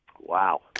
Wow